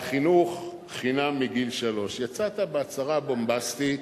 והחינוך חינם מגיל שלוש, יצאת בהצהרה בומבסטית,